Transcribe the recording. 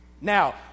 Now